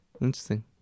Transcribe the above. Interesting